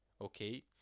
okay